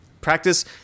practice